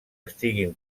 estiguin